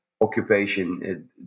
occupation